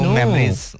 memories